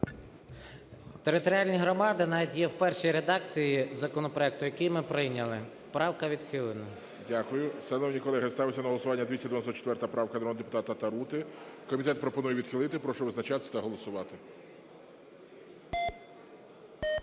Територіальні громади навіть є в першій редакції законопроекту, який ми прийняли. Правка відхилена. ГОЛОВУЮЧИЙ. Дякую. Шановні колеги, ставиться на голосування 294 правка народного депутата Тарути. Комітет пропонує її відхилити. Прошу визначатися та голосувати.